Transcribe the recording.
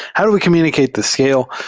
how do we communicate the scale?